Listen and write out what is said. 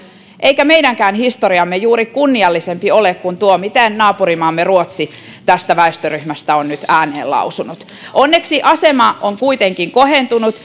eikä meidänkään historiamme juuri kunniallisempi ole kuin tuo miten naapurimaamme ruotsi tästä väestöryhmästä on nyt ääneen lausunut onneksi asema on kuitenkin kohentunut